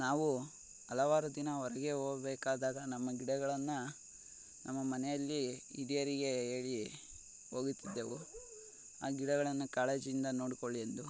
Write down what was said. ನಾವು ಹಲವಾರು ದಿನ ಹೊರಗೆ ಹೋಗ್ಬೇಕಾದಾಗ ನಮ್ಮ ಗಿಡಗಳನ್ನು ನಮ್ಮ ಮನೆಯಲ್ಲಿ ಹಿರಿಯರಿಗೆ ಹೇಳಿ ಹೋಗುತ್ತಿದ್ದೆವು ಆ ಗಿಡಗಳನ್ನು ಕಾಳಜಿಯಿಂದ ನೋಡ್ಕೊಳ್ಳಿ ಎಂದು